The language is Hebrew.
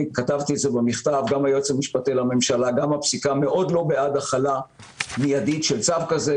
גם הפסיקה מאוד לא בעד החלה מידית של צו כזה,